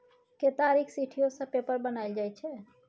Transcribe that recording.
केतारीक सिट्ठीयो सँ पेपर बनाएल जाइ छै